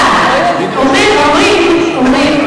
עכשיו, אומרים לי,